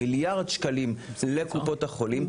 מיליארד שקלים לקופות החולים,